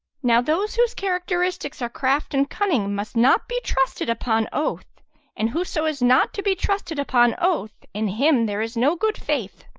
now those whose characteristics are craft and cunning, must not be trusted upon oath and whoso is not to be trusted upon oath, in him there is no good faith.